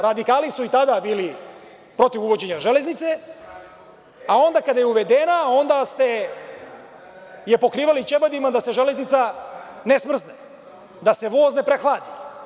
Radikali su i tada bili protiv uvođenja železnice, a onda kada je uvedena, onda ste je pokrivali ćebadima, da se železnica ne smrzne, da se voz ne prehladi.